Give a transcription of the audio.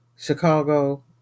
Chicago